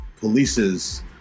polices